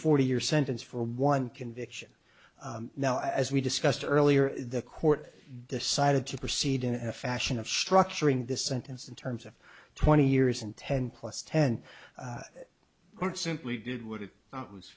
forty year sentence for one conviction now as we discussed earlier the court decided to proceed in a fashion of structuring this sentence in terms of twenty years and ten plus ten or simply did what it was